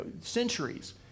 centuries